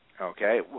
Okay